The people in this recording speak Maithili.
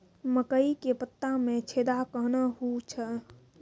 मकई के पत्ता मे छेदा कहना हु छ?